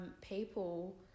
people